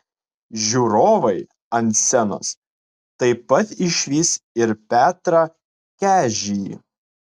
žiūrovai ant scenos taip pat išvys ir petrą kežį